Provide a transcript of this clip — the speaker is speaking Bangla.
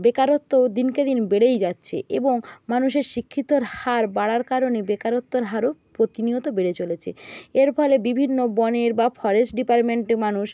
বেকারত্ব দিনকে দিন বেড়েই যাচ্ছে এবং মানুষের শিক্ষিতর হার বাড়ার কারণে বেকারত্বর হারও প্রতিনিয়ত বেড়ে চলেছে এর ফলে বিভিন্ন বনের বা ফরেস্ট ডিপার্মেন্টে মানুষ